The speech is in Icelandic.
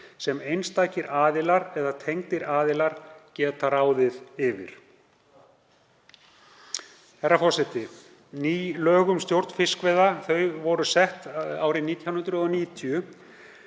sem einstakir aðilar eða tengdir aðilar geta ráðið yfir. Herra forseti. Ný lög um stjórn fiskveiða voru sett 1990